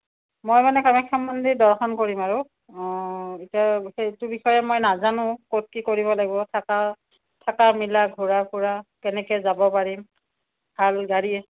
মই মানে কামাখ্যা মন্দিৰ দৰ্শন কৰিম আৰু অঁ এতিয়ালৈকে সেইটো বিষয়ে মই নাজানোঁ ক'ত কি কৰিব লাগিব থকা থকা মেলা ঘূৰা ফুৰা কেনেকৈ যাব পাৰিম ভাল গাড়ী